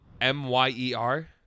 M-Y-E-R